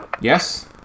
Yes